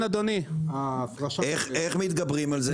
איך מתגברים על זה?